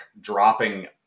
dropping